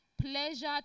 pleasure